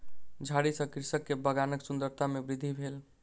झाड़ी सॅ कृषक के बगानक सुंदरता में वृद्धि भेल